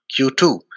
Q2